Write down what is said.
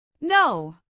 No